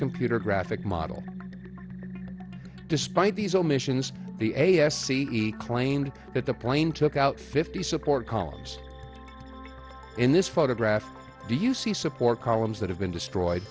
computer graphic model despite these omissions the s c e claimed that the plane took out fifty support columns in this photograph do you see support columns that have been destroyed